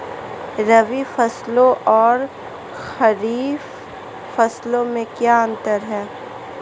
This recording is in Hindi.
रबी फसलों और खरीफ फसलों में क्या अंतर है?